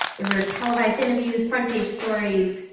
there were televised interviews, front-page stories,